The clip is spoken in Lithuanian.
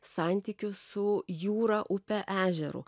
santykius su jūra upe ežeru